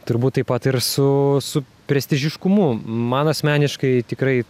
turbūt taip pat ir su su prestižiškumu man asmeniškai tikrai